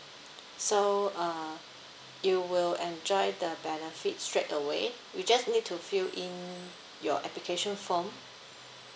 so uh you will enjoy the benefit straightaway you just need to fill in your application form